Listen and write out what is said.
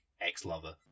ex-lover